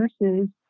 nurses